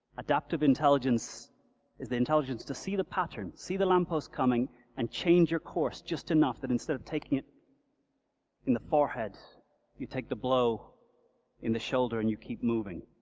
adaptive intelligence is the intelligence to see the pattern, see the lamppost coming and change your course just enough that instead of taking it in the forehead you take the blow in the shoulder and you keep moving.